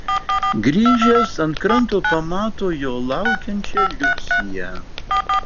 grįžęs ant kranto pamato jo laukiančią liusiją